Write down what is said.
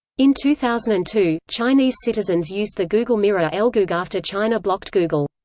in two thousand and two, chinese citizens used the google mirror elgoog after china blocked google.